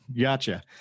Gotcha